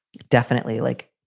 definitely. like,